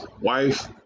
wife